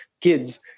kids